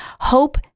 Hope